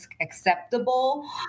acceptable